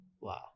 wow